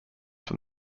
from